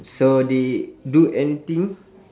so they do anything